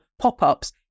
pop-ups